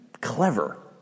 clever